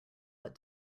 but